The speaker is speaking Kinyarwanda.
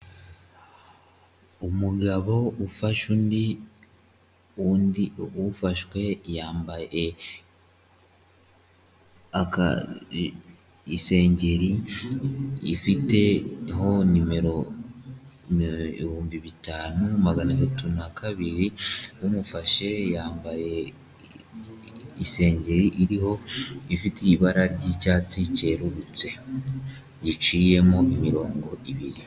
Umugabo ufashe undi, undi ufashwe yambaye aka isengeri ifiteho nimero ibihumbi bitanu magana atatu na kabiri, umufashe yambaye isengeri iriho ifite ibara ry'icyatsi cyerurutse, giciyemo imirongo ibiri.